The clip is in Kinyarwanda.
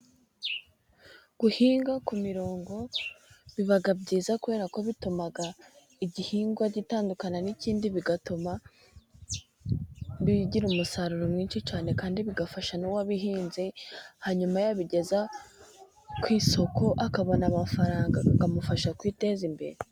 Guhinga ku mirongo biba byiza， kubera ko bituma igihingwa gitandukana n'ikindi，bigatuma bigira umusaruro mwinshi cyane， kandi bigafasha n'uwabihinze，hanyuma yabigeza ku isoko，akabona amafaranga， akamufasha kwiteza imbere.